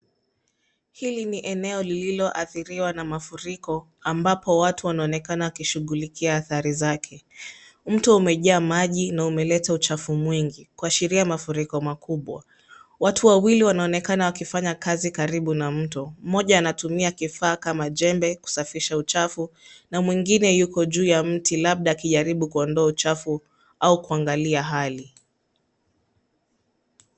Hili ni eneo lililoathiriwa na mafuriko ambapo watu wanaonekana wakishughulikia athari zake. Mto umejaa maji na umeleta uchafu mwingi kuashiria mafuriko makubwa. Watu wawili wanaonekana wakifanya kazi karibu na mto. Mmoja anatumia kifaa kama jembe kusafisha uchafu na mwingine yuko juu ya mti labda akijaribu kuondoa uchafu au kuangalia hali.